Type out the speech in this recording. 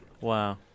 Wow